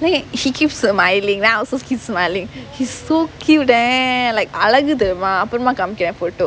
then he he keeps smiling then I also keep smiling he's so cute eh like I அழகு தெரியுமா அப்புறமா காமிக்குறேன்:alagu theriyumaa appuramaa kaamikkuraen photo